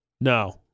no